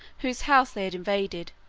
whose house they had invaded,